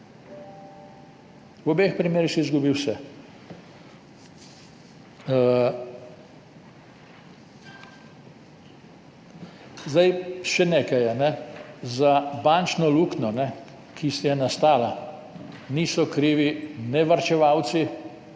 V obeh primerih si izgubil vse. Še nekaj je. Za bančno luknjo, ki je nastala, niso krivi varčevalci,